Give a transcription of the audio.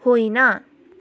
होइन